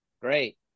great